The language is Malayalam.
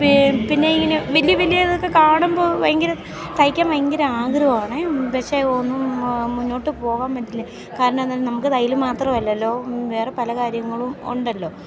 പിന്നെ ഇങ്ങനെ വലിയ വലിയതൊക്കെ കാണുമ്പോൾ ഭയങ്കര തയ്ക്കാൻ ഭയങ്കര ആഗ്രഹമാണ് പക്ഷേ ഒന്നും മുന്നോട്ടു പോകാൻ പറ്റില്ല കാരണം എന്താ നമുക്ക് തയ്യൽ മാത്രമല്ലല്ലോ വേറെ പല കാര്യങ്ങളും ഉണ്ടല്ലോ